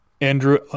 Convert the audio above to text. Andrew